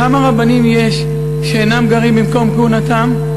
כמה רבנים שאינם גרים במקום כהונתם יש?